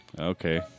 Okay